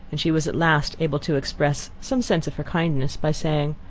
and she was at last able to express some sense of her kindness, by saying,